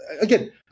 again